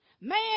man